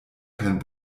kein